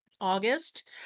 August